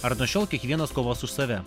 ar nuo šiol kiekvienas kovos už save